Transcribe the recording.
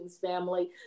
family